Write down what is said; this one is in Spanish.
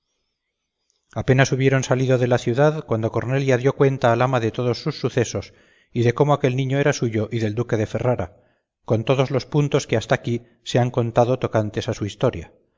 apenas hubieron salido de la ciudad cuando cornelia dio cuenta al ama de todos sus sucesos y de cómo aquel niño era suyo y del duque de ferrara con todos los puntos que hasta aquí se han contado tocantes a su historia